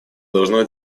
должно